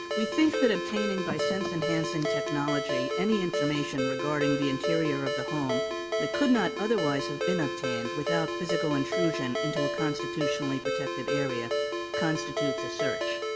we think that obtaining by sense-enhancing technology any information regarding the interior of the home that could not otherwise have been obtained without physical intrusion into a constitutionally protected area constitutes a search,